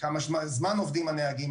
כמה זמן עובדים הנהגים,